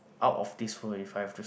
out of this world if I have to